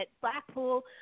Blackpool